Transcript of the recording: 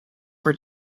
were